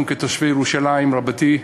אנחנו, כתושבי ירושלים רבתי,